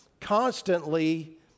constantly